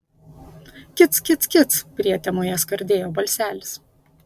kic kic kic prietemoje skardėjo balselis